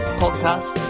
podcast